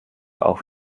auf